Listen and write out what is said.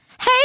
Hey